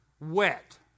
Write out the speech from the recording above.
wet